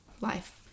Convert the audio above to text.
life